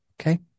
okay